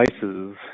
devices